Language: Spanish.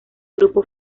grupo